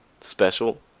special